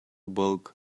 bulk